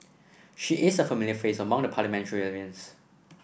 she is a familiar face among the parliamentarians